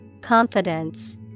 Confidence